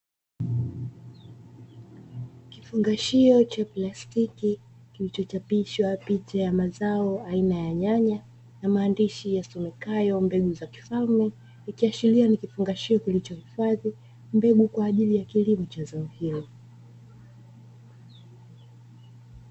Kifungashio cha plastiki kilicho chapishwa picha ya mazao aina ya nyanya na maandishi yasomekayo 'mbegu za kifalme', ikiashiria ni kifungashio kilicho hifadhi mbegu kwa ajili ya kilimo cha zao hilo.